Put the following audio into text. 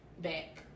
back